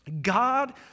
God